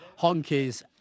honkies